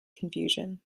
confusion